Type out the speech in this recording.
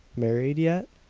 married yet?